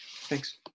Thanks